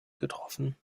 getroffen